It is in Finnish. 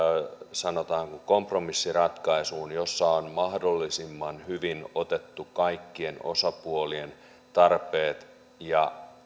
sanotaanko kompromissiratkaisuun jossa on mahdollisimman hyvin otettu kaikkien osapuolien tarpeet ja